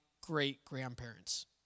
great-grandparents